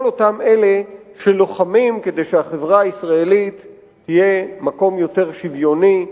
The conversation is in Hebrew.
נגד כל אותם אלה שלוחמים כדי שהחברה הישראלית תהיה מקום יותר שוויוני,